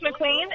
McQueen